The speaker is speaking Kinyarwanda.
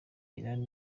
iran